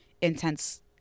intense